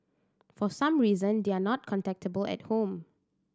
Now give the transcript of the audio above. for some reason they are not contactable at home